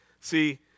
See